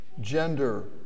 gender